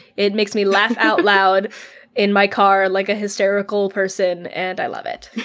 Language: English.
it makes me laugh out loud in my car like a hysterical person and i love it.